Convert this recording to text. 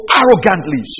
arrogantly